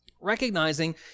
Recognizing